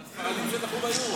על הספרדים שזכו ביורו.